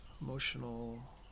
emotional